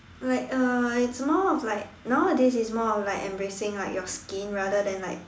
like uh it's more of like nowadays it's more of like embracing like your skin rather than like